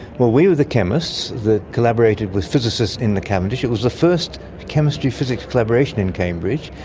well, we were the chemists that collaborated with physicists in the cavendish. it was the first chemistry-physics collaboration in cambridge,